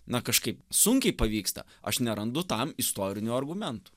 na kažkaip sunkiai pavyksta aš nerandu tam istorinių argumentų